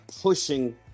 pushing